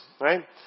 right